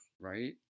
Right